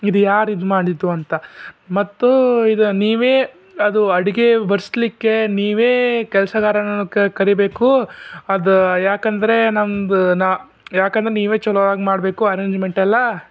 ಇದು ಯಾರಿದು ಮಾಡಿದ್ದು ಅಂತ ಮತ್ತು ಇದು ನೀವೇ ಅದು ಅಡಿಗೆ ಬಡಿಸ್ಲಿಕ್ಕೆ ನೀವೇ ಕೆಲಸಗಾರರನ್ನು ಕರೀಬೇಕು ಅದು ಯಾಕಂದರೆ ನಮ್ಮದು ನ ಯಾಕಂದ್ರೆ ನೀವೇ ಚಲೋ ಆಗಿ ಮಾಡಬೇಕು ಅರೇಂಜ್ಮೆಂಟಲ್ಲ